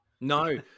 No